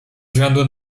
względu